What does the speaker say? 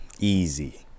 easy